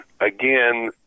again